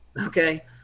okay